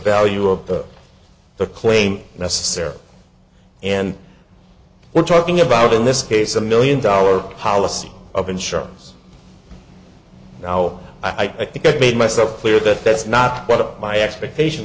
value of the claim necessarily and we're talking about in this case a million dollar policy of insurers now i think i've made myself clear that that's not what a my expectation